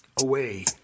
away